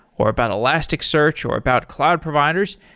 or about elasticsearch, or about cloud providers,